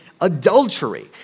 adultery